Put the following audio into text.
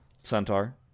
Centaur